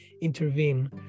intervene